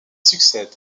succèdent